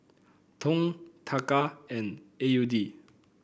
Dong Taka and A U D